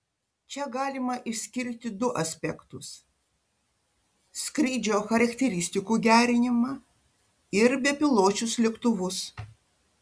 čia galima išskirti du aspektus skrydžio charakteristikų gerinimą ir bepiločius lėktuvus